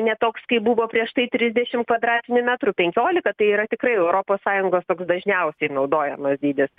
ne toks kaip buvo prieš tai trisdešim kvadratinių metrų penkiolika tai yra tikrai europos sąjungos toks dažniausiai naudojamas dydis